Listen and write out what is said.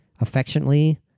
affectionately